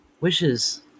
Wishes